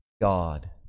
God